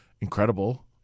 incredible